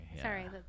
Sorry